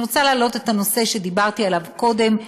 אני רוצה להעלות את הנושא שדיברתי עליו קודם,